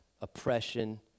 oppression